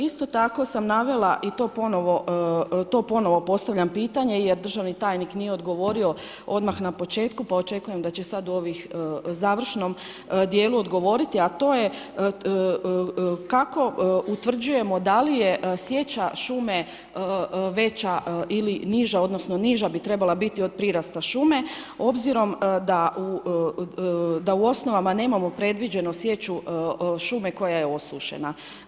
Isto tako sam navela i to ponovo postavljam pitanje jer državni tajnik nije odgovorio odmah na početku, pa očekujem da će sad u ovih završnom dijelu odgovoriti, a to je kako utvrđujemo da li je sječa šume veća ili niža, odnosno niža bi trebala biti od prirasta šume, obzirom da u osnovama nemamo predviđeno sječu šume koja je osušena.